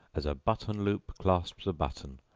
as a button loop clasps a button,